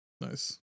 nice